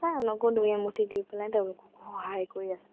বা আনকো দুই এমুঠি দি পেলাই তেওঁলোককো সহায় কৰি আছোঁ